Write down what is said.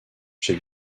j’ai